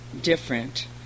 different